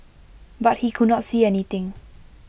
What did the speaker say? but he could not see anything